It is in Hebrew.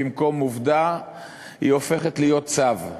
במקום עובדה היא הופכת להיות צו,